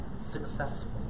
successful